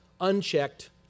unchecked